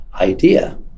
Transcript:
idea